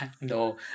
No